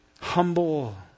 humble